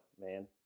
man